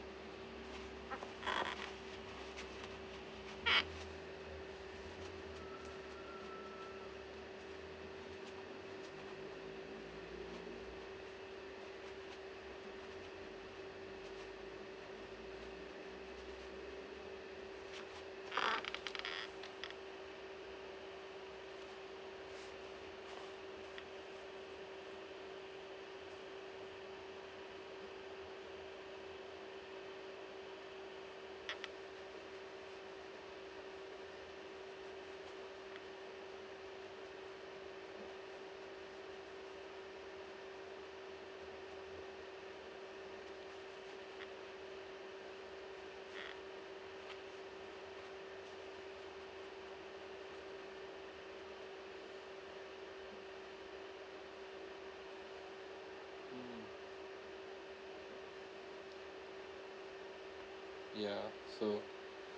ya so